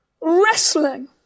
wrestling